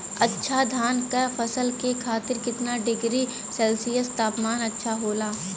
अच्छा धान क फसल के खातीर कितना डिग्री सेल्सीयस तापमान अच्छा होला?